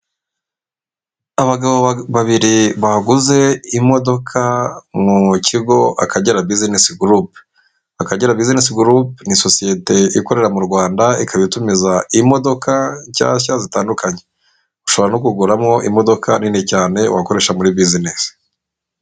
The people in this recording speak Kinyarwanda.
Abagabo babiri baguze imodoka mu kigo Akagera Business Group, Akagera busines group ni sosiyete ikorera mu Rwanda, ikaba itumiza imodoka nshyashya zitandukanye, ushobora no kuguramo imodoka nini cyane wakoresha muri business.